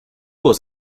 was